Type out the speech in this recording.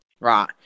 Right